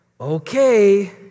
okay